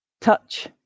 Touch